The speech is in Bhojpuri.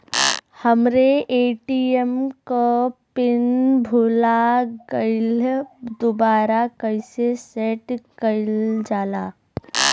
हमरे ए.टी.एम क पिन भूला गईलह दुबारा कईसे सेट कइलजाला?